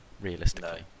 Realistically